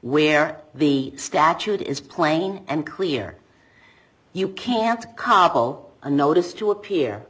where the statute is plain and clear you can't cobble a notice to appear